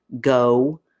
Go